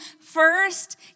first